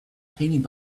painting